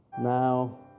Now